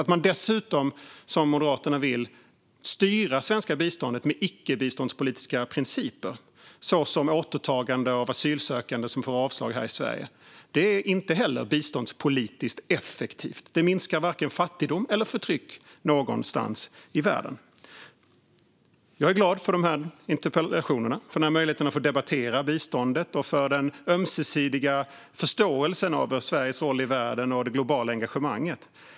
Att dessutom, som Moderaterna vill, styra biståndet med icke-biståndspolitiska principer, såsom återtagande av asylsökande som får avslag här i Sverige, är inte heller biståndspolitiskt effektivt. Det minskar varken fattigdom eller förtryck någonstans i världen. Jag är glad för de här interpellationerna, för möjligheten att debattera biståndet och för den ömsesidiga förståelsen av Sveriges roll i världen och det globala engagemanget.